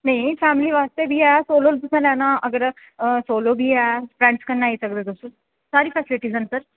नेईं फैमिली आस्तै बी ऐ सोलो लैना अगर तुसें सोलो बी ऐ फ्रेंड्स कन्नै आई सकदे तुस सारी फैस्लिटियां न सर